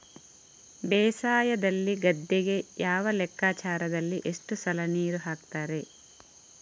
ಬೇಸಾಯದಲ್ಲಿ ಗದ್ದೆಗೆ ಯಾವ ಲೆಕ್ಕಾಚಾರದಲ್ಲಿ ಎಷ್ಟು ಸಲ ನೀರು ಹಾಕ್ತರೆ?